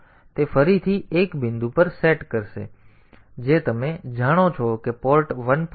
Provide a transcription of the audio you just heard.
હવે તે ફરીથી એક બિંદુ પર બીટ સેટ કરશે જે તમે જાણો છો કે પોર્ટ 1